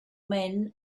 men